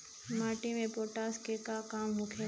माटी में पोटाश के का काम होखेला?